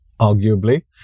arguably